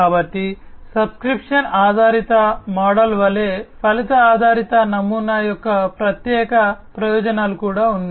కాబట్టి సబ్స్క్రిప్షన్ ఆధారిత మోడల్ వలె ఫలిత ఆధారిత నమూనా యొక్క sప్రత్యేక ప్రయోజనాలు కూడా ఉన్నాయి